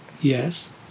yes